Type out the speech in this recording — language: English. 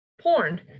porn